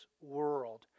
world